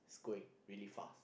it's going really fast